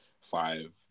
five